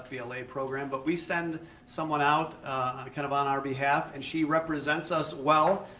fbla program, but we send someone out kind of on our behalf and she represents us well.